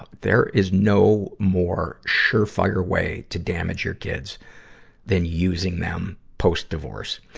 ah there is no more sure-fire way to damage your kids than using them post-divorce.